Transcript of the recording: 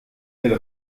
elle